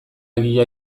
egia